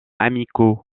amicaux